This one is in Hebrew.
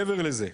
מעבר לזה,